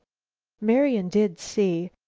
marian did see,